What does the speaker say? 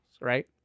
Right